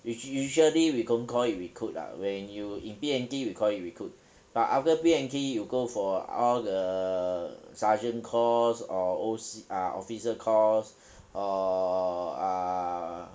which usually we don't call it recruit lah when you in we call you recruit but after B_M_T you go for all the sergeant course or O_C officer course or uh